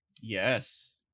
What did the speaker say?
Yes